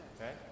okay